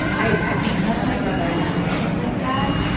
i, because my brother announced it like that,